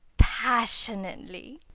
passionately!